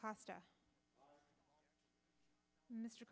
costa mr